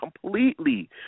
completely